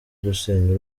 gusenya